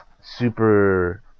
super